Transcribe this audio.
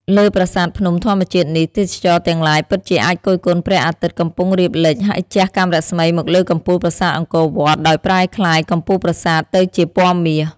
លើប្រាសាទភ្នំធម្មជាតិនេះ ទេសចរទាំងឡាយពិតជាអាចគយគន់ព្រះអាទិត្យកំពុងរៀបលិច ហើយជះកាំរស្មីមកលើកំពូលប្រាសាទអង្គរវត្តដោយប្រែក្លាយកំពូលប្រាសាទទៅជាពណ៌មាស។